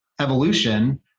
evolution